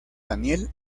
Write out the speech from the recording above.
daniel